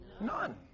None